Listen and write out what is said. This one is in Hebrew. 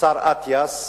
השר אטיאס,